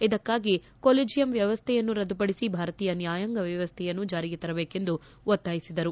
ಇದಕ್ಕಾಗಿ ಕೊಲಿಜಿಯಂ ವ್ಯವಸ್ವೆಯನ್ನು ರದ್ದುಪಡಿಸಿ ಭಾರತೀಯ ನ್ಯಾಯಾಂಗ ವ್ಯವಸ್ಥೆಯನ್ನು ಜಾರಿಗೆ ತರಬೇಕೆಂದು ಅವರು ಒತ್ತಾಯಿಸಿದರು